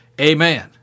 amen